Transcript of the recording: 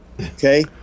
Okay